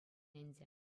ӗнтӗ